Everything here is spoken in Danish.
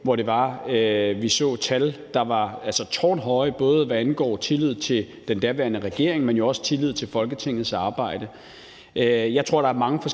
før vi så tal, der var tårnhøje, både hvad angår tillid til den daværende regering, men også tillid til Folketingets arbejde. Jeg tror, der er mange forskellige